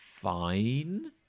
fine